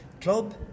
club